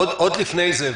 עוד לפני זה,